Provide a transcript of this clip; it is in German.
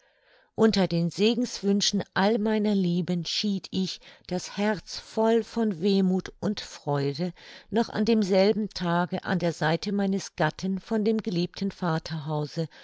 unter den segenswünschen all meiner lieben schied ich das herz voll von wehmuth und freude noch an demselben tage an der seite meines gatten von dem geliebten vaterhause